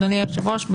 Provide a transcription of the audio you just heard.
אדוני היושב-ראש,